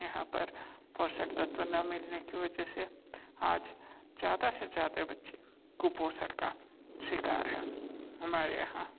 यहाँ पर पोषक तत्व न मिलने की वजह से आज ज़्यादा से ज़्यादा बच्चे कुपोषण का शिकार हैं हमारे यहाँ